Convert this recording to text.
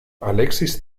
alexis